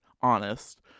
honest